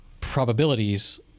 probabilities